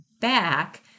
back